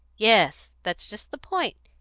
yes that's just the point.